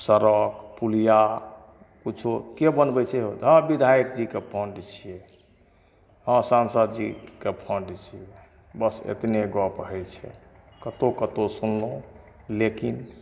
सड़क पुलिया किछो के बनबै छै हौ हँ तऽ बिधायक जीके फण्ड छियै हँ सांसद जीके फण्ड छियै बस एतने गप होइ छै कतौ कतौ सुनलहुॅं लेकिन